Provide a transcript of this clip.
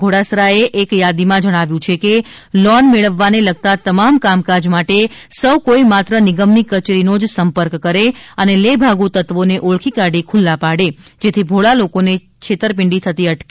ઘોડાસરાએ એક થાદી માં જણાવ્યુ છે કે લોન મેળવવાને લગતા તમામ કામકાજ માટે સૌ કોઈ માત્ર નિગમની કચેરીનો જ સંપર્ક કરે અને લેભાગુ તત્વો ને ઓળખી કાઢી ખુલ્લા પાડે જેથી ભોળા લોકો ની છેતરપિંડી થતી અટકે